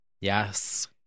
Yes